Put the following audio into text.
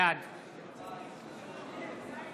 בעד